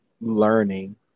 learning